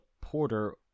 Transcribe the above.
Porter